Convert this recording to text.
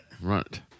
Right